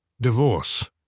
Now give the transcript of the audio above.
Divorce